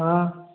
हाँ